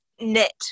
knit